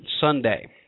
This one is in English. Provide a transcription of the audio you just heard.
Sunday